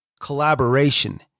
collaboration